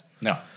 No